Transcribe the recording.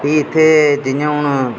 फ्ही इत्थै जि'यां हून